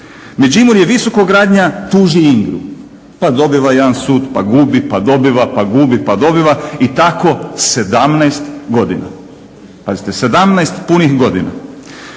Međimurje visokogradnja tuži INGRA-u pa dobiva jedan sud pa gubi pa dobiva pa gubi pa dobiva i tako 17 godina. Pazite, 17 punih godina.